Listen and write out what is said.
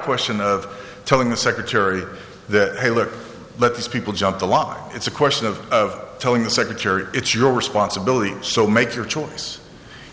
question of telling the secretary that hey look let these people jump the lot it's a question of of telling the secretary it's your responsibility so make your choice